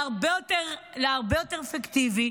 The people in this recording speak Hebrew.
להרבה יותר אפקטיבי.